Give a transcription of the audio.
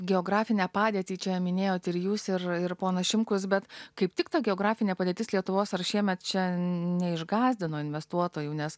geografinę padėtį čia minėjot ir jūs ir ir ponas šimkus bet kaip tik ta geografinė padėtis lietuvos ar šiemet čia neišgąsdino investuotojų nes